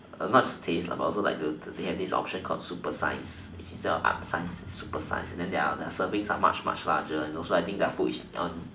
not just taste but also like the they have this option called super size which instead of upsize it's super size and then their their servings are much much larger and also I think their food is